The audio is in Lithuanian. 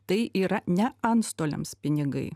tai yra ne antstoliams pinigai